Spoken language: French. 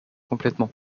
complètement